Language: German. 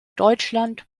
deutschland